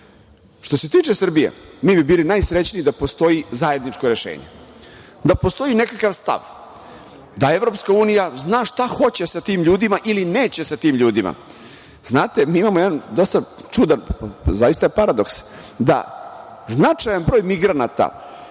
ume. Što se tiče Srbije, mi bi bili najsrećniji da postoji zajedničko rešenje, da postoji nekakav stav, da EU zna šta hoće sa tim ljudima ili neće sa tim ljudima. Znate, mi imamo jedan dosta čudan, zaista je paradoks, da značajan broj migranata